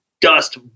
dust